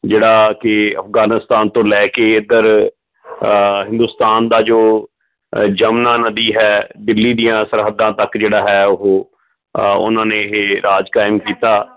ਜਿਹੜਾ ਕਿ ਅਫਗਾਨਿਸਤਾਨ ਤੋਂ ਲੈ ਕੇ ਇਧਰ ਹਿੰਦੁਸਤਾਨ ਦਾ ਜੋ ਯਮੁਨਾ ਨਦੀ ਹੈ ਦਿੱਲੀ ਦੀਆਂ ਸਰਹੱਦਾਂ ਤੱਕ ਜਿਹੜਾ ਹੈ ਉਹ ਉਹਨਾਂ ਨੇ ਇਹ ਰਾਜ ਕਾਇਮ ਕੀਤਾ